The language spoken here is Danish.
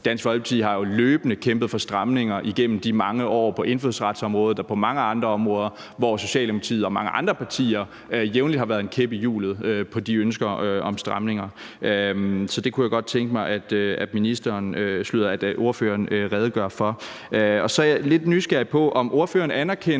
Dansk Folkeparti har jo løbende kæmpet for stramninger igennem de mange år på indfødsretsområdet og på mange andre områder, hvor Socialdemokratiet og mange andre partier jævnligt har stukket en kæp i hjulet på de ønsker om stramninger. Så det kunne jeg godt tænke mig ordføreren redegør for. Så er jeg lidt nysgerrig på, om ordføreren anerkender,